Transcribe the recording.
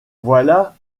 voilà